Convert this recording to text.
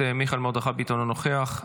חבר מיכאל מרדכי ביטון, אינו נוכח,